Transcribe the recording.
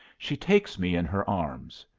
she takes me in her arms.